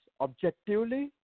objectively